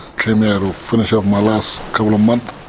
came out, finish off my last couple of months.